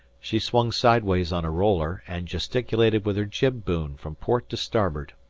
she swung sideways on a roller, and gesticulated with her jib-boom from port to starboard.